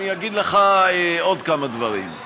אני אגיד לך עוד כמה דברים.